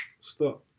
stop